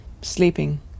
sleeping